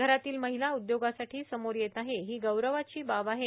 घरातील महिला उद्योगासाठी समोर येत आहेए ही गौरवाची बाब आहे